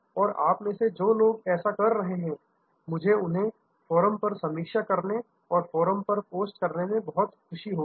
और आप में से जो लोग ऐसा कर रहे हैं मुझे उन्हें फोरम पर समीक्षा करने फोरम पर पोस्ट करने में बहुत खुशी होगी